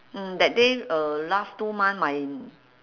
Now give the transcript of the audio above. mm that day uh last two month my